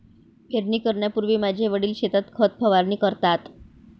पेरणी करण्यापूर्वी माझे वडील शेतात खत फवारणी करतात